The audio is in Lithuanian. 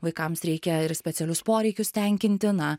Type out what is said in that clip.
vaikams reikia ir specialius poreikius tenkinti na